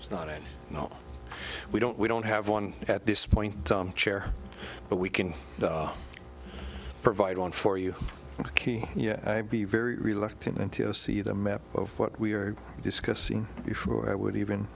it's not and no we don't we don't have one at this point chair but we can provide one for you yet i be very reluctant to go see them at what we are discussing before i would even